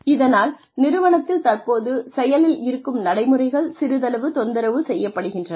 இதனால் நிறுவனத்தில் தற்போது செயலில் இருக்கும் நடைமுறைகள் சிறிதளவு தொந்தரவு செய்யப்படுகின்றன